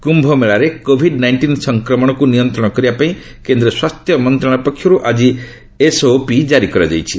Q ମେଳାରେ Covid nineteen ସଂକ୍ରମଣକୁ ନିୟନ୍ତ୍ରଣ କରିବା ପାଇଁ କେନ୍ଦ୍ର ସ୍ୱାସ୍ଥ୍ୟ ମନ୍ତ୍ରଣାଳୟ ପକ୍ଷରୁ ଆଜି ଏସ୍ଓପି କାରି କରାଯାଇଛି